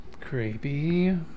Creepy